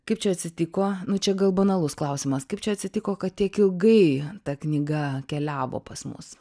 kaip čia atsitiko nu čia gal banalus klausimas kaip čia atsitiko kad tiek ilgai ta knyga keliavo pas mus